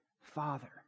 Father